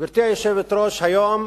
גברתי היושבת-ראש, היום